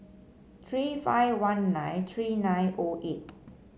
three five one nine three nine O eight